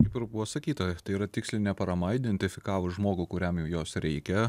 kaip ir buvo sakyta tai yra tikslinė parama identifikavus žmogų kuriam jos reikia